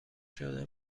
شده